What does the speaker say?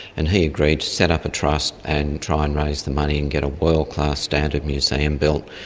and he agreed to set up a trust and try and raise the money and get a world-class-standard museum built.